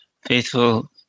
faithful